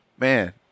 man